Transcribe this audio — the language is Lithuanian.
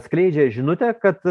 skleidžia žinutę kad